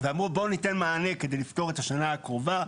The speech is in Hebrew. ואמרו בוא ניתן מענה כדי לפתור את השנה הקרובה,